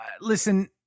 listen